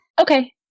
Okay